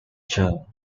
jean